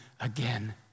again